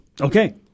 Okay